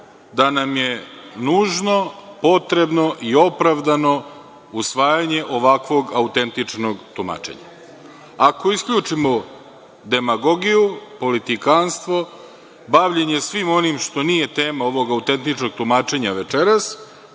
da nam je nužno potrebno i opravdano usvajanje ovakvog autentičnog tumačenja. Ako isključimo demagogiju, politikanstvo, bavljenje svim onim što nije tema ovog autentičnog tumačenja večeras,